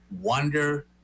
wonder